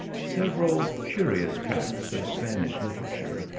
several curious tracts of spanish literature,